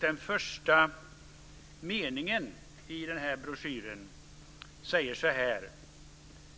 Den första meningen i broschyren lyder: